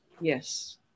Yes